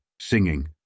singing